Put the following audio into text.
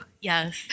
Yes